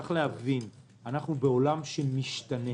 אנחנו בעולם משתנה